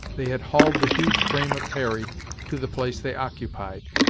they had hauled the huge frame of harry to the place they occupied.